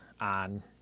on